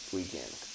weekend